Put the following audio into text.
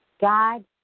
God